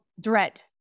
dread